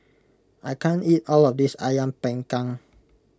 I can't eat all of this Ayam Panggang